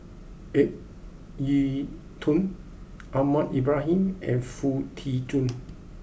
Ip Yiu Tung Ahmad Ibrahim and Foo Tee Jun